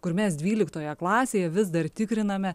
kur mes dvyliktoje klasėje vis dar tikriname